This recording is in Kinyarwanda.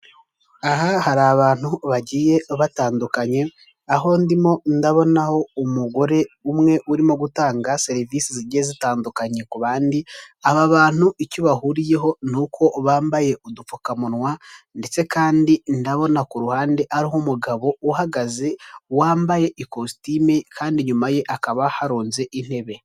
Aha hari abantu bagiye batandukanye, aho ndimo ndabonaho umugore umwe urimo gutanga serivisi zigiye zitandukanye ku bandi, aba bantu icyo bahuriyeho ni uko bambaye udupfukamunwa ndetse kandi ndabona ku ruhande hariho umugabo uhagaze wambaye ikositime kandi inyuma ye hakaba harunze intebe.